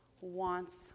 wants